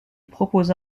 proposa